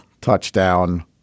touchdown